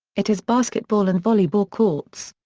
it has basketball and volleyball courts.